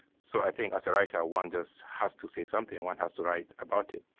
so i think as a writer one just has to say something, one has to write about it